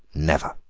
never.